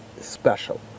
special